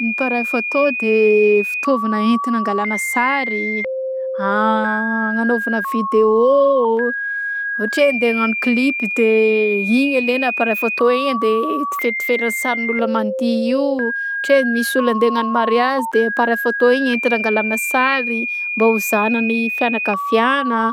Appareil photo de fitaovagna entina angalagna sary an hagnanôvagna vidé ôhatra hoe andeha agnano klipy de igny alaigna appareil photo igny andeha itfiritifira sarin'olona mandihy io, tre- misy olona andeha hanao mariazy de appareil photo igny entina angalagna sary mba ho zahagnan'ny fiagnakaviana.